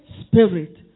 Spirit